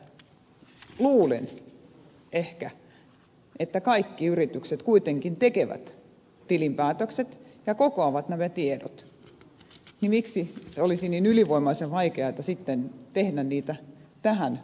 luulen että kaikki yritykset kuitenkin tekevät tilinpäätökset ja kokoavat nämä tiedot niin että miksi olisi niin ylivoimaisen vaikeata tehdä niitä tähän muotoon